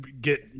get